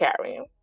carrying